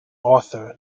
author